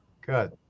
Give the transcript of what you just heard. Good